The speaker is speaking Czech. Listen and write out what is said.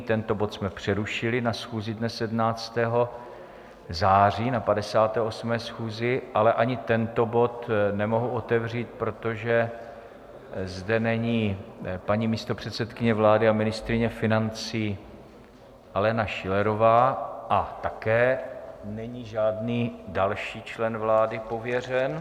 Tento bod jsme přerušili na schůzi dne 17. září na 58. schůzi, ale ani tento bod nemohu otevřít, protože zde není paní místopředsedkyně vlády a ministryně financí Alena Schillerová a také není žádný další člen vlády pověřen.